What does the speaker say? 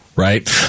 right